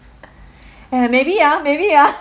eh maybe ah maybe ah